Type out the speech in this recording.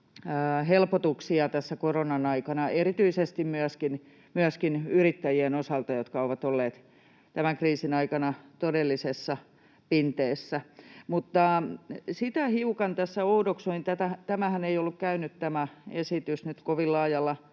helpotuksia tässä koronan aikana, erityisesti myöskin yrittäjien osalta, jotka ovat olleet tämän kriisin aikana todellisessa pinteessä. Mutta sitä hiukan tässä oudoksuin, että tämä esityshän ei ollut käynyt nyt kovin laajalla